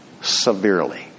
severely